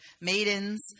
maidens